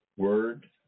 word